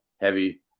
heavy